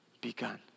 begun